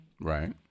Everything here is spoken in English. Right